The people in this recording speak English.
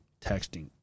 texting